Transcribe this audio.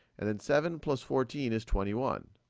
and then seven plus fourteen is twenty one.